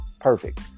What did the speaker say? perfect